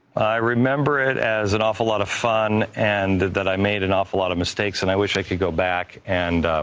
i remember it as an awful lot of fun and that i made an awful lot of mistakes. and i wish i could go back and